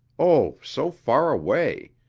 oh, so far away!